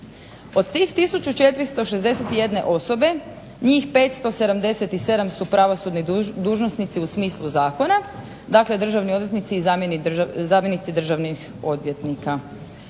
Od tih 1461 osobe njih 577 su pravosudni dužnosnici u smislu zakona, dakle državni odvjetnici i zamjenici državnih odvjetnika,